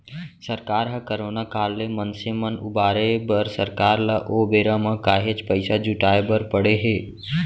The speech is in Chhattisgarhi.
सरकार ह करोना काल ले मनसे मन उबारे बर सरकार ल ओ बेरा म काहेच पइसा जुटाय बर पड़े हे